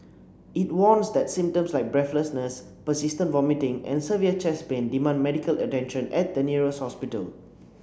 it warns that symptoms like breathlessness persistent vomiting and severe chest pain demand medical attention at the nearest hospital